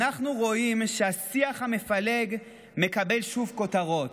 אנחנו רואים שהשיח המפלג מקבל שוב כותרות.